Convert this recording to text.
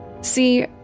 See